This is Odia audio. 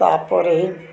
ତା'ପରେ ହ